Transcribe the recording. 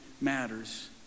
matters